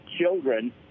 children